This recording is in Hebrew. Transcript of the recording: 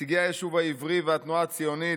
נציגי היישוב העברי והתנועה הציונית,